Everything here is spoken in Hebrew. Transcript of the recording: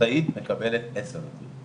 ספורטאית מקבלת עשר נקודות.